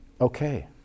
okay